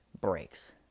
breaks